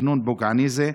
בתכנון פוגעני זה?